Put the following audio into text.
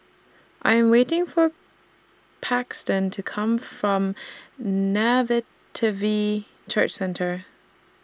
I Am waiting For Paxton to Come from Church Centre